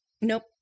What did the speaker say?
Nope